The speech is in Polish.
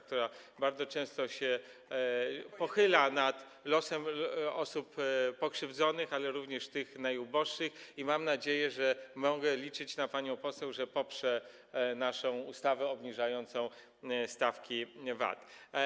która bardzo często się pochyla nad losem osób pokrzywdzonych, ale również tych najuboższych, i mam nadzieję, że mogę liczyć na panią poseł, że poprze naszą ustawę obniżającą stawki VAT.